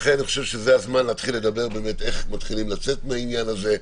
לכן אני חושב שזה הזמן לדבר איך מתחילים לצאת מהעניין הזה.